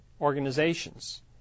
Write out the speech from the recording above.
organizations